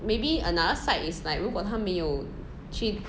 maybe another side is like 如果他没有去